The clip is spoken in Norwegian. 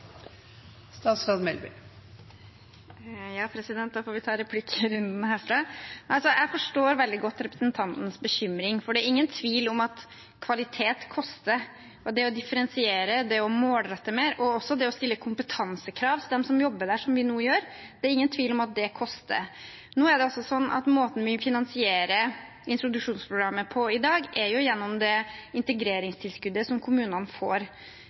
statsråd Melby bedt om ordet. Ja, president, da får vi ta en «replikkrunde» til! Jeg forstår veldig godt representanten Karin Andersens bekymring, for det er ingen tvil om at kvalitet koster. Og det å differensiere, det å målrette mer, og også det å stille kompetansekrav til dem som jobber der, som vi nå gjør, det er ingen tvil om at det koster. Måten vi finansierer introduksjonsprogrammet på i dag, er gjennom integreringstilskuddet kommunene får. Det er en ordning som,